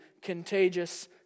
contagious